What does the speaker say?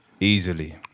Easily